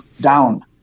down